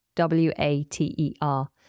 W-A-T-E-R